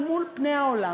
אל מול פני העולם,